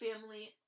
family